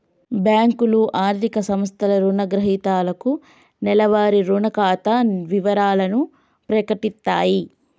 బ్యేంకులు, ఆర్థిక సంస్థలు రుణగ్రహీతలకు నెలవారీ రుణ ఖాతా వివరాలను ప్రకటిత్తయి